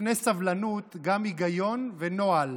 לפני סבלנות, גם היגיון ונוהל.